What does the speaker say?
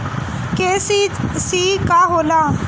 KCC का होला?